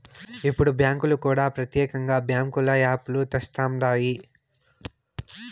ఇప్పుడు బ్యాంకులు కూడా ప్రత్యేకంగా బ్యాంకుల యాప్ లు తెస్తండాయి